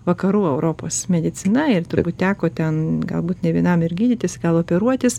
vakarų europos medicina ir turbūt teko ten galbūt ne vienam ir gydytis operuotis